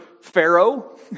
Pharaoh